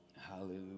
Hallelujah